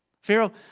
Pharaoh